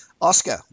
Oscar